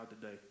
today